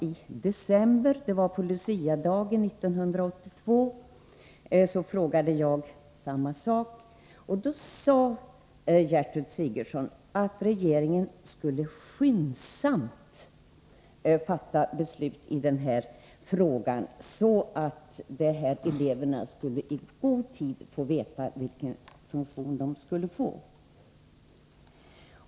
I december, på Luciadagen, 1982 ställde jag samma fråga, och då sade Gertrud Sigurdsen att 67 regeringen skyndsamt skulle fatta beslut i denna fråga så att de här eleverna i god tid skulle få veta vilken funktion de skulle få.